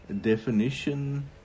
definition